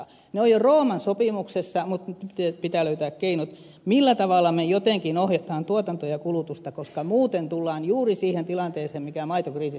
ne ovat jo rooman sopimuksessa mutta nyt pitää löytää keinot joilla me jotenkin ohjaamme tuotantoa ja kulutusta koska muuten tullaan juuri siihen tilanteeseen joka maitokriisissä on nyt koettu